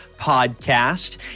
podcast